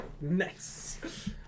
Nice